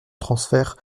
transfert